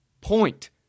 point